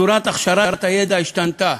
צורת העברת הידע השתנתה.